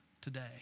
today